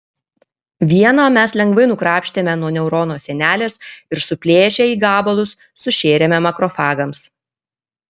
vieną mes lengvai nukrapštėme nuo neurono sienelės ir suplėšę į gabalus sušėrėme makrofagams